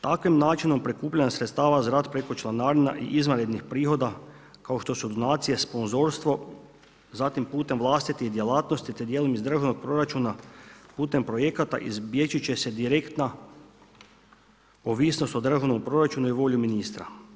Takvim načinom prikupljanja sredstava za rad preko članarina i izvanrednih prihoda kao što su donacije, sponzorstvo, zatim putem vlastitih djelatnosti te dijelom iz državnog proračuna putem projekata izbjeći će se direktna ovisnost o državnom proračunu i volji ministra.